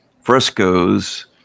Frescoes